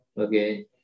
Okay